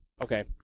Okay